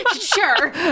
sure